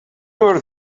were